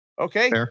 Okay